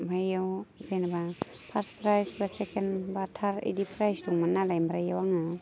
ओमफ्राय एयाव जेनेबा फार्स्ट प्राइस बा सेकेण्ड बा थार्ड बिदि प्राइस दंमोन नालाय ओमफ्राय बेयाव आङो